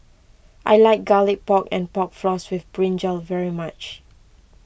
I like Garlic Pork and Pork Floss with Brinjal very much